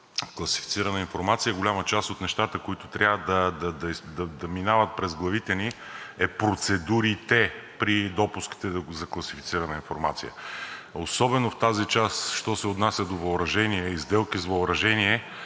класифицирана информация, голяма част от нещата, които трябва да минават през главите ни, са процедурите при допуск до класифицирана информация. Особено в тази част, що се отнася до въоръжение